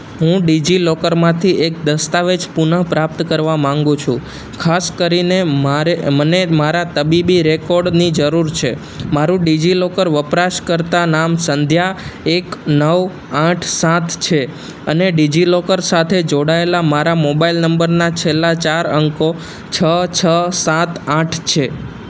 હું ડીજીલોકરમાંથી એક દસ્તાવેજ પુન પ્રાપ્ત કરવા માંગુ છું ખાસ કરીને મને મારા તબીબી રેકોર્ડની જરૂર છે મારુ ડીજીલોકર વપરાશકરતાં નામ સંધ્યા એક નવ આઠ સાત છે અને ડીજીલોકર સાથે જોડાએલા મારા મોબાઈલ નંબરના છેલ્લા ચાર અંકો છ છ સાત આઠ છે